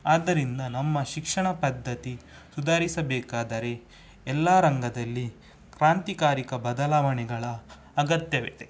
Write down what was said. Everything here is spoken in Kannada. ಆದ್ದರಿಂದ ನಮ್ಮ ಶಿಕ್ಷಣ ಪದ್ಧತಿ ಸುಧಾರಿಸಬೇಕಾದರೆ ಎಲ್ಲ ರಂಗದಲ್ಲಿ ಕ್ರಾಂತಿಕಾರಕ ಬದಲಾವಣೆಗಳ ಅಗತ್ಯವಿದೆ